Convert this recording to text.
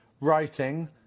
writing